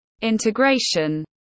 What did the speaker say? Integration